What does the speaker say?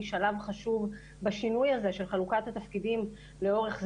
שלב חשוב בשינוי הזה של חלוקת התפקידים לאורך זמן,